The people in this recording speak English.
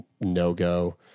no-go